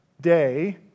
day